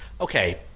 Okay